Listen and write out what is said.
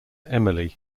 emily